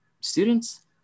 students